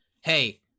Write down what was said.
hey